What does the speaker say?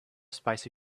spicy